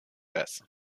jazz